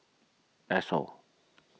Esso